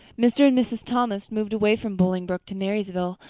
mr. and mrs. thomas moved away from bolingbroke to marysville,